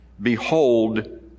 Behold